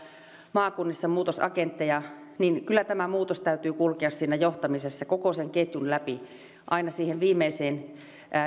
maakunnissa muutosagentteja niin kyllä tämän muutoksen täytyy kulkea siinä johtamisessa koko sen ketjun läpi aina siihen viimeiseen